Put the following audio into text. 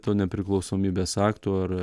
to nepriklausomybės akto ar